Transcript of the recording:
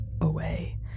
away